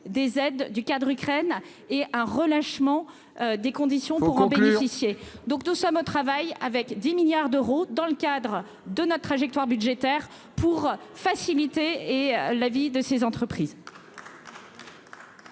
des aides du cadre, Ukraine et un relâchement des conditions pour en bénéficier, donc, tout ça me travaille avec 10 milliards d'euros dans le cadre de notre trajectoire budgétaire pour faciliter et la vie de ces entreprises.